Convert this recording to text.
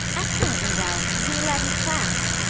excellently well. he led his class.